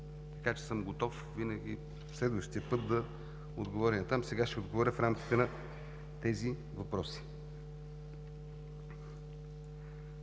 Така че съм готов следващия път да отговоря. Сега ще отговоря в рамките на тези въпроси.